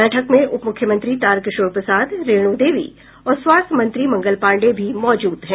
बैठक में उप मुख्यमंत्री तारकिशोर प्रसाद रेणु देवी और स्वास्थ्य मंत्री मंगल पांडेय भी मौजूद हैं